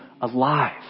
alive